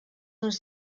uns